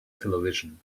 television